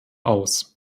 aus